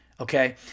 Okay